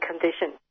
condition